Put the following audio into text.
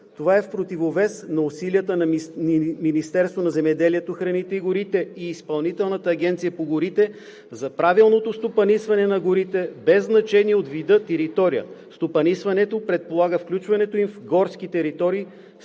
Това е в противовес на усилията на Министерството на земеделието, храните и горите и Изпълнителната агенция по горите за правилното стопанисване на горите без значение от вида територия. Стопанисването предполага включването им в горски територии